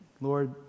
Lord